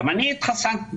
גם אני התחסנתי בשלישי,